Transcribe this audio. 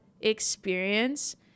experience